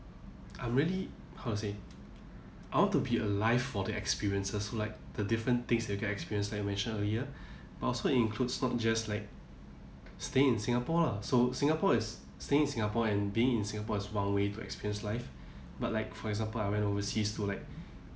I'm really how to say I want to be alive for the experiences like the different things you can experience like you mentioned earlier but also includes not just like staying singapore lah so singapore is staying in singapore and being in singapore is one way to experience life but like for example I went overseas to like